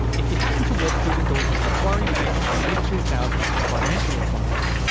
if you happened to walk through the doors of macquarie bank in the mid two thousand s for financial advice,